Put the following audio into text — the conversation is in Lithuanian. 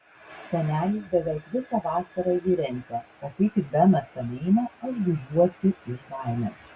senelis beveik visą vasarą jį rentė o kai tik benas ten eina aš gūžiuosi iš baimės